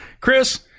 Chris